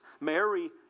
Mary